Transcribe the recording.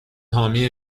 حامی